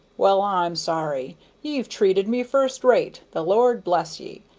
well, i'm sorry ye've treated me first-rate the lord bless ye!